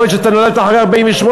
יכול להיות שאתה נולדת אחרי 1948,